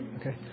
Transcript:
Okay